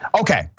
Okay